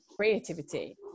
creativity